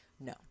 No